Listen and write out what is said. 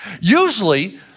Usually